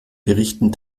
berichten